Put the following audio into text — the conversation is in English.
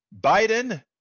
Biden